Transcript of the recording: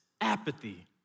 apathy